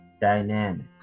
dynamics